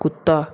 कुत्ता